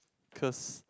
cause